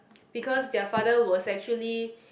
because their father was actually